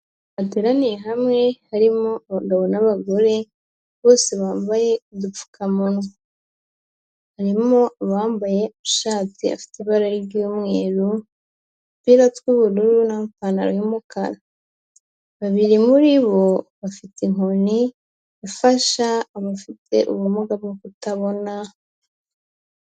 Bateraniye hamwe harimo abagabo n'abagore bose bambaye udupfukamunwa. Harimo abambaye ishati ifite ibara ry'umweru, udupira tw'ubururu n'amapantaro. Babiri muri bo bafite inkoni ifasha abafite ubumuga bwo kutabona.